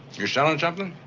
you're selling something?